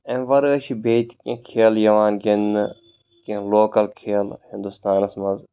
اَمہِ وَرٲے چھِ بیٚیہِ تہِ کیٚنٛہہ کھیلہِ یِوان گِنٛدنہٕ کیٚنٛہہ لوکل کھیلِہٕ ہنٛدوستانس منٛز